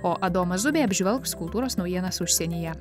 o adomas zubė apžvelgs kultūros naujienas užsienyje